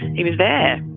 he was there